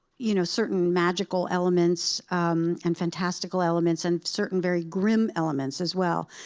you know, certain magical elements and fantastical elements and certain very grim elements as well.